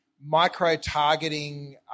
micro-targeting